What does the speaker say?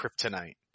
Kryptonite